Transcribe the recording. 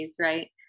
right